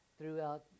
throughout